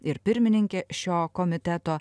ir pirmininkė šio komiteto